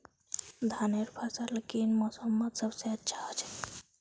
धानेर फसल कुन मोसमोत सबसे अच्छा होचे?